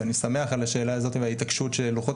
ואני שמח על השאלה הזאת וההתעקשות שלוחות